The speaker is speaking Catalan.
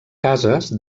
cases